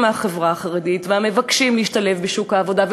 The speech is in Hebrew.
מהחברה החרדית והמבקשים להשתלב בשוק העבודה.